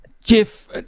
Jeff